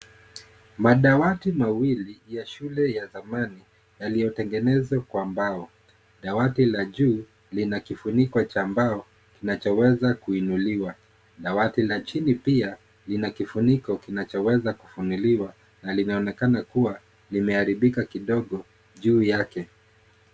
Madawati mawili ya shule ya thamani, yaliyotengenezwa kwa mbao dawati la juu lina kifuniko cha mbao kinachoweza kuinuliwa, dawati la chini pia linakifuniko kinachoweza kufunuliwa na linaonekana kuwa limeharibika kidogo juu yake.